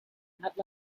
not